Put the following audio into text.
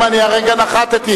חברים, אני הרגע נחתתי.